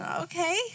Okay